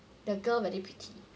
the girl very pretty